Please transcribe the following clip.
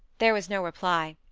there was no reply.